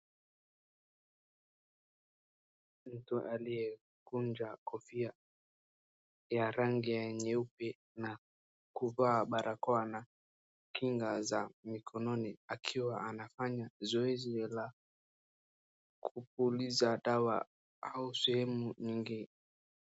Mtu aliyekunja kofia ya rangi nyeupe na kuvaa barakoa na kinga za mikononi akiwa anafanya zoezi la kupuliza dawa au sehemu nyingi.